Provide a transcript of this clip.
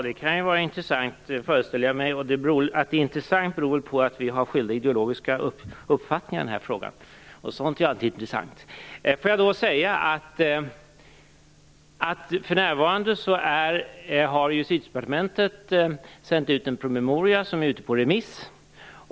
Herr talman! Jag föreställer mig att det kan vara intressant. Det beror väl på att vi har skilda ideologiska uppfattningar i den här frågan. Sådant är ju alltid intressant. Låt mig säga att för närvarande har Justitiedepartementet sänt ut en promemoria som är ute på remiss.